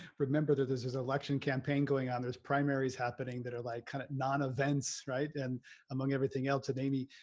remember that this is an election campaign going on there's primaries happening that are like kind of non events, right and among everything else and amy,